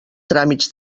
tràmits